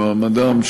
במעמדם,